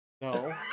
no